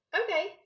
okay